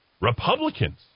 Republicans